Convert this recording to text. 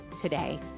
today